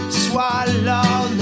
swallow